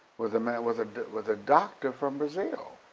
was a man, was ah was a doctor from brazil.